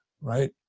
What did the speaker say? right